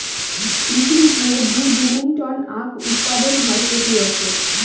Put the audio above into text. পৃথিবী জুড়ে দুই বিলীন টন আখ উৎপাদন হয় প্রতি বছর